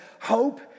Hope